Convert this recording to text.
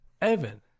Evan